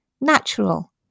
natural